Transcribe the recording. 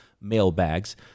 mailbags